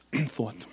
thought